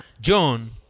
John